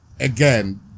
Again